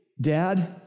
Dad